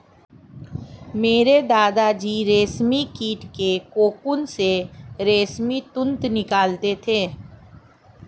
मेरे दादा जी रेशमी कीट के कोकून से रेशमी तंतु निकालते थे